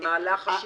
במהלך השימוע.